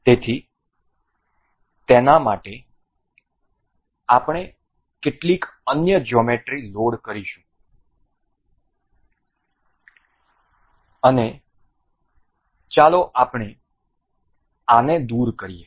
તેથી તેના માટે આપણે કેટલીક અન્ય જ્યોમેટ્રી લોડ કરીશું અને ચાલો આપણે આને દૂર કરીએ